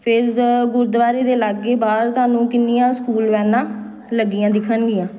ਫਿਰ ਗੁਰਦੁਆਰੇ ਦੇ ਲਾਗੇ ਬਾਹਰ ਤੁਹਾਨੂੰ ਕਿੰਨੀਆਂ ਸਕੂਲ ਵੈਨਾਂ ਲੱਗੀਆਂ ਦਿਖਣਗੀਆਂ